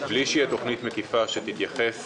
בלי שתהיה תוכנית מקיפה שתתייחס